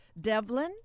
Devlin